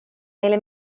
neile